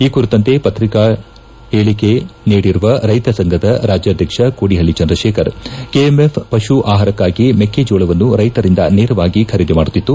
ಈ ಕುರಿತಂತೆ ಹೇಳಕೆ ನೀಡಿರುವ ರೈತ ಸಂಘದ ರಾಜ್ಯಾಧ್ಯಕ್ಷ ಕೋಡಿಹಳ್ಳ ಚಂದ್ರಶೇಖರ್ ಕೆಎಂಎಫ್ ಪಶು ಆಹಾರಕ್ಷಾಗಿ ಮೆಕ್ಕೆ ಜೋಳವನ್ನು ರೈತರಿಂದ ನೇರವಾಗಿ ಖರೀದಿ ಮಾಡುತ್ತಿತ್ತು